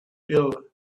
ill